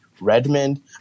redmond